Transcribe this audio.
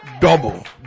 double